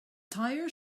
tire